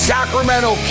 Sacramento